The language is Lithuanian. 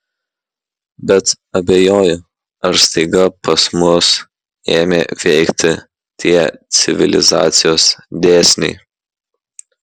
bet abejoju ar staiga pas mus ėmė veikti tie civilizacijos dėsniai